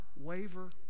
waver